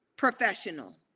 Professional